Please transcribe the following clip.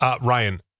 Ryan